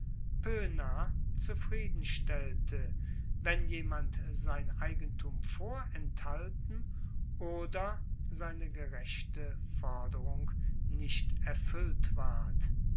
zufriedenstellte wenn jemand sein eigentum vorenthalten oder seine gerechte forderung nicht erfuellt ward